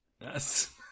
Yes